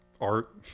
art